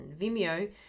Vimeo